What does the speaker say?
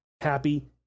happy